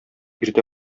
иртә